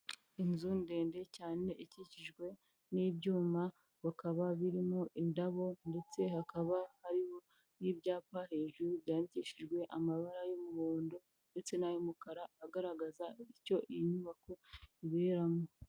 Inzu ndende cyane ikikijwe n'ibyuma, hakaba birimo indabo ndetse hakaba hari n'ibyapa hejuru byangishijwe amabara y'umuhondo ndetse n'ay'umukara, agaragaza icyo iyi nyubako iberamo.